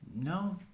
no